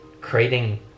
creating